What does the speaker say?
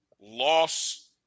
loss